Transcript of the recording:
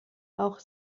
auch